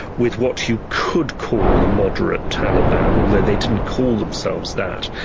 with what you could call the moderate taliban, although they didn't call themselves that,